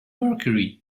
mercury